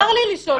מותר לי לשאול.